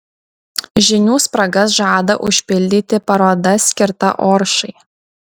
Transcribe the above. žinių spragas žada užpildyti paroda skirta oršai